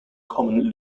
common